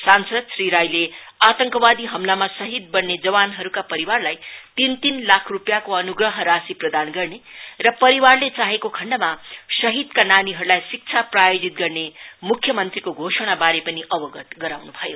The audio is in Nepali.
सांसद श्री राईले आतंकवादी हमलामा शहीद बन्ने जवानहरुका परिवारलाई तीन तीन लाख रुपियाँको अनुग्रह राशि प्रदान गर्ने र परिवारले चाहेको खण्डमा शहीदका नानीहरुलाई शिक्षा प्रायोजित गर्ने मुख्य मंत्रीको घोषणावारे पनि अवगत गराउँनु भयो